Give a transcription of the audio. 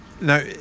Now